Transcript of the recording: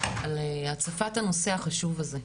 על הפצת הנושא החשוב הזה.